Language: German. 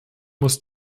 muss